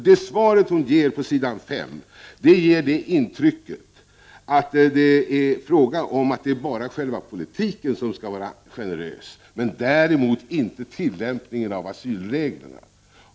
Det besked hon ger på s. 5 i det utdelade svaret ger nämligen intryck av att det endast är själva politiken som skall vara generös men däremot inte tillämpningen av asylreglerna.